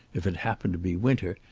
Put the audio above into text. if it happened to be winter,